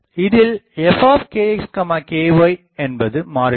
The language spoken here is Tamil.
இதில் fkx ky என்பது மாறிலி